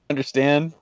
Understand